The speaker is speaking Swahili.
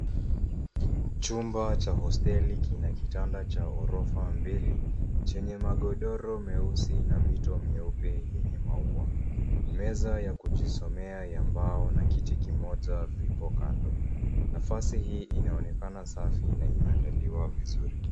Chumba cha hosteli kana kitanda cha ghorofa mbili, chenye magodoro meusi na mito mieupe yenye maua. Meza ya kujisomea ya mbao na kiti kimoja vipo kando. Nafasi hii inaonekana safi na imeandaliwa vizuri.